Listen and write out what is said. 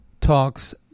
talks